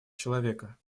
человека